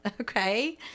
Okay